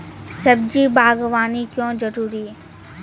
सब्जी बागवानी क्यो जरूरी?